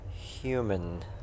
Human